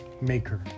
Maker